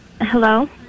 hello